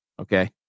Okay